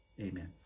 amen